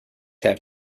have